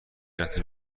رفتیم